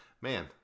man